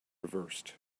reversed